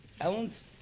Ellen's